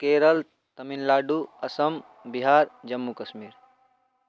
Kerala Tamil Nadu Assam Bihar Jammu Kashmir